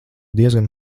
diezgan